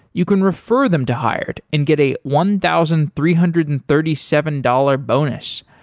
you can refer them to hired and get a one thousand three hundred and thirty seven dollars bonus.